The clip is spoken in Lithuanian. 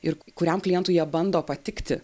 ir kuriam klientui jie bando patikti